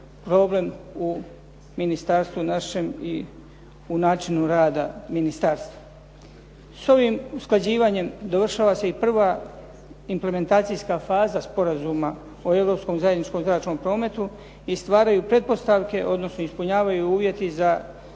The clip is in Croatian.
u načinu rada ministarstva. S ovim usklađivanjem dovršava se i prva implementacijska faza Sporazuma o europskom zajedničkom zračnom prometu i stvaraju pretpostavke odnosno ispunjavaju uvjeti za